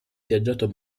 viaggiato